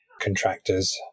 contractors